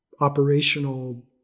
operational